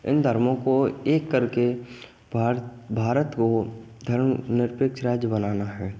इन धर्मों को एक करके भार भारत को धर्मनिरपेक्ष राज्य बनाना है